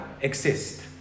exist